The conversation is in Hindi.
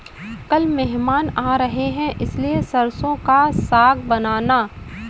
कल मेहमान आ रहे हैं इसलिए सरसों का साग बनाना